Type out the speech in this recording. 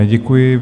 Děkuji.